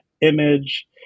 Image